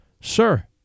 Sir